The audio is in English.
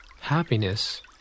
Happiness